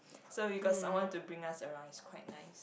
so we got someone to bring us around it's quite nice